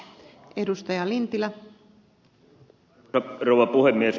arvoisa rouva puhemies